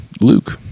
Luke